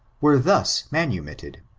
were thus manumitted.